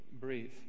breathe